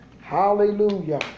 hallelujah